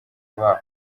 babo